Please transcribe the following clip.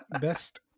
Best